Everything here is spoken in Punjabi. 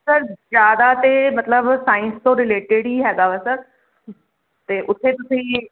ਸਰ ਜਿਆਦਾ ਤੇ ਮਤਲਬ ਸਾਇੰਸ ਤੋਂ ਰਿਲੇਟਡ ਹੀ ਹੈਗਾ ਵੈ ਸਰ ਤੇ ਉੱਥੇ ਤੁਸੀਂ